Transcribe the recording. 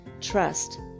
Trust